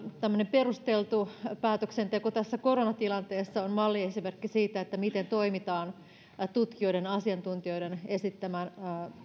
perusteltu päätöksenteko tässä koronatilanteessa on malliesimerkki siitä miten toimitaan tutkijoiden ja asiantuntijoiden esittämän